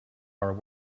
our